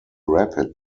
rapid